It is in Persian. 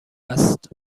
است